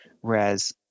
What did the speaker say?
whereas